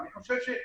אני חושב שעדיין,